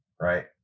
right